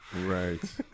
right